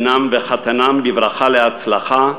את בנם וחתנם בברכה להצלחה,